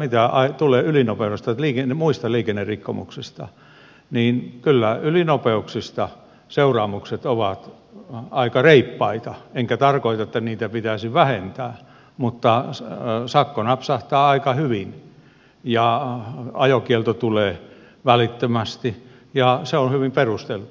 joita tulee ylinopeudesta ja muista liikennerikkomuksista niin kyllä ylinopeuksista seuraamukset ovat aika reippaita enkä tarkoita että niitä pitäisi pienentää mutta sakko napsahtaa aika hyvin ja ajokielto tulee välittömästi ja se on hyvin perusteltua